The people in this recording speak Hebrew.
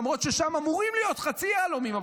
למרות ששם אמורים להיות חצי יהלומים,